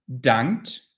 dankt